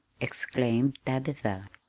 exclaimed tabitha.